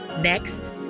next